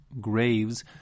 graves